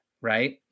right